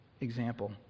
example